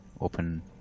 open